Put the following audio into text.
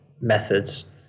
methods